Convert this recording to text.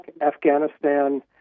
Afghanistan